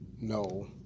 No